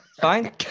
fine